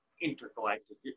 intergalactic